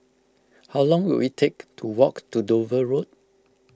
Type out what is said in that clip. how long will it take to walk to Dover Road